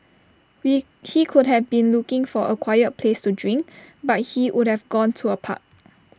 be he could have been looking for A quiet place to drink but he would have gone to A park